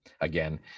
again